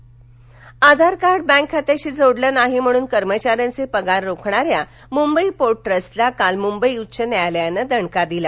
वेतन Aadhaar card bank खात्याशी जोडलं नाही म्हणून कर्मचाऱ्यांचे पगार रोखणाऱ्या मुंबई पोर्ट ट्रस्टला काल मुंबई उच्च न्यायालयानं दणका दिला